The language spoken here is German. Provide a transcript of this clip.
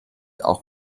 auch